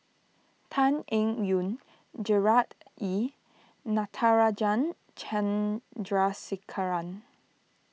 Tan Eng Yoon Gerard Ee Natarajan Chandrasekaran